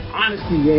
honesty